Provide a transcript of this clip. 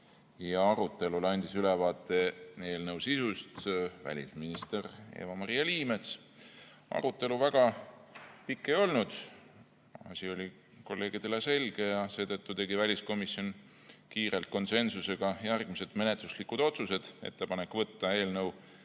Arutelul andis ülevaate eelnõu sisust välisminister Eva-Maria Liimets. Arutelu väga pikk ei olnud. Asi oli kolleegidele selge ja seetõttu tegi väliskomisjon kiirelt konsensusega järgmised menetluslikud otsused: teha ettepanek võtta eelnõu